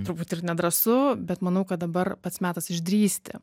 turbūt ir nedrąsu bet manau kad dabar pats metas išdrįsti